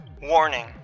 Warning